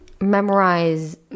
memorize